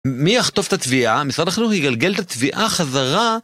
מי יחטוף את התביעה? משרד החינוך יגלגל את התביעה חזרה...